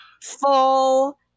full